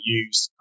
use